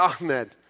Ahmed